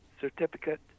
Certificate